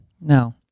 No